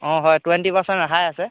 অ' হয় twenty percent ৰেহাই আছে